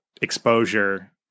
exposure